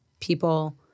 People